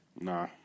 nah